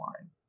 line